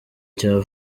cya